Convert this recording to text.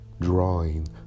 drawing